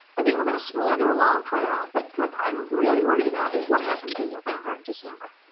i think we're going to smolder along for a while but what i'm really worried about is what happens in november and december.